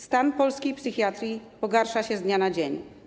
Stan polskiej psychiatrii pogarsza się z dnia na dzień.